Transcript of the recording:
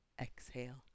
Exhale